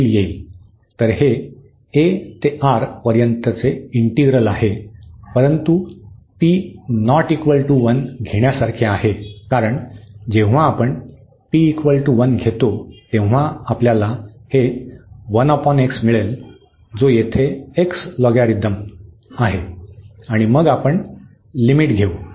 तर हे a ते R पर्यंतचे इंटिग्रल आहे परंतु हे घेण्यासारखे आहे कारण जेव्हा आपण घेतो तेव्हा आपल्याला हे मिळेल जो येथे x लॉगरिथम आहे आणि मग आपण लिमिट घेऊ